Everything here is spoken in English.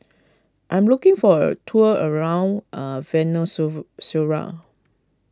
I am looking for a tour around a Venezue Zuela